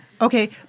Okay